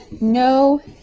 no